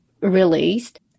released